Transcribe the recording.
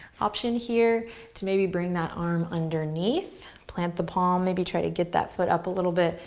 option here to maybe bring that arm underneath. plant the palm. maybe try to get that foot up a little bit.